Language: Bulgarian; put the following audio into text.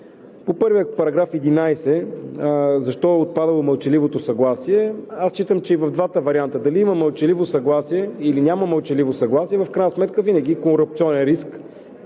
По § 11 защо е отпаднало „мълчаливото съгласие“? Аз считам, че и в двата варианта, дали има мълчаливото съгласие, или няма мълчаливото съгласие, в крайна сметка винаги има корупционен риск.